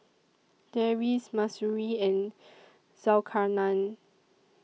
Deris Mahsuri and Zulkarnain